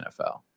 NFL